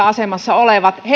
asemassa olevien